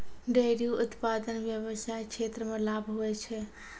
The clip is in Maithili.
डेयरी उप्तादन व्याबसाय क्षेत्र मे लाभ हुवै छै